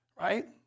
right